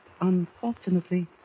unfortunately